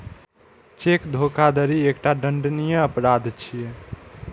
cheque धोखाधड़ी एकटा दंडनीय अपराध छियै